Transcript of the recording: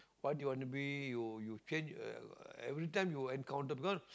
what do you want to be you you change every time you encounter because